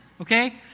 okay